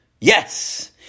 yes